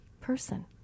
person